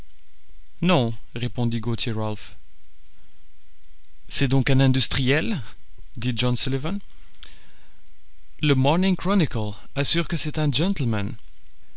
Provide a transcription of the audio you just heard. non répondit gauthier ralph c'est donc un industriel dit john sullivan le morning chronicle assure que c'est un gentleman